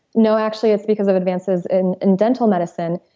no, actually, it's because of advances in in dental medicine.